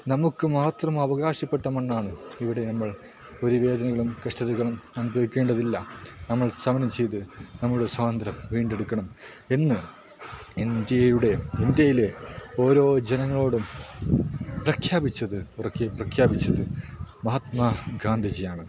നമുക്ക് മാത്രം അവകാശപ്പെട്ട മണ്ണാണ് ഇവിടെ നമ്മൾ ഒരു വേദനകളും കഷ്ടതകളും അനുഭവിക്കേണ്ടതില്ല നമ്മൾ സമരം ചെയ്ത് നമ്മളെ സ്വാതന്ത്ര്യം വീണ്ടെടുക്കണം എന്ന് ഇന്ത്യയുടെ ഇന്ത്യയിലെ ഓരോ ജനങ്ങളോടും പ്രഖ്യാപിച്ചത് ഉറക്കെ പ്രഖ്യാപിച്ചത് മഹാത്മാ ഗാന്ധിജിയാണ്